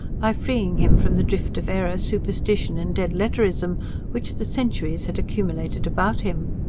by freeing him from the drift of error, superstition and dead-letterism which the centuries had accumulated about him.